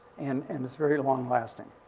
and and it's very long-lasting.